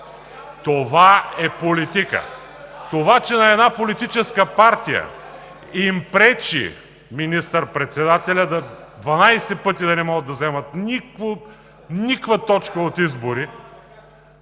това е политика. Това че на една политическа партия им пречи – министър-председателят, 12 пъти да не могат да вземат никаква точка от избори,